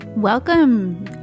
Welcome